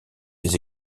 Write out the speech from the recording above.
des